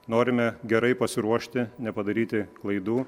norime gerai pasiruošti nepadaryti klaidų